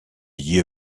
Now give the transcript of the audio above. year